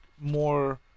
more